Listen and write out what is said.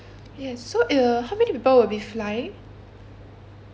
yes so it'll how many people will be flying